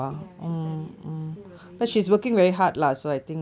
ya she studied and she said it was very easy